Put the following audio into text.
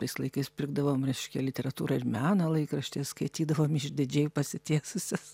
tais laikais pirkdavom reiškia literatūrą ir meną laikraštyje skaitydavom išdidžiai pasitiesusios